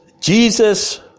Jesus